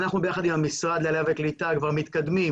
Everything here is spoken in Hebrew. אנחנו ביחד עם המשרד לעלייה וקליטה כבר מתקדמים